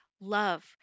Love